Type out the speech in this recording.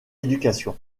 éducation